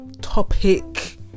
topic